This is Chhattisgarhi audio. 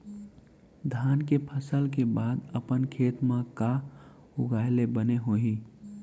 धान के फसल के बाद अपन खेत मा का उगाए ले बने होही?